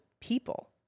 people